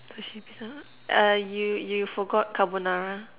sushi pizza uh you you forgot carbonara